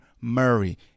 Murray